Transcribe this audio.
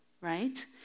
right